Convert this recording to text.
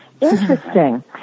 Interesting